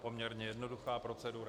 Poměrně jednoduchá procedura.